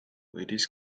ladies